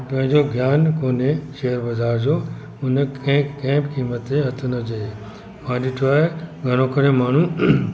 पंहिंजो ज्ञान कोने शेयर बाज़ारि जो हुन कंहिं कंहिं बि क़ीमत ते हथु न विझिझे मां ॾिठो आहे घणो करे माण्हू